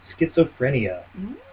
schizophrenia